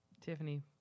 tiffany